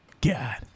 God